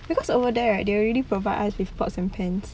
because over there right they already provide us with pots and pans